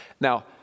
Now